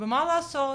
ומה לעשות,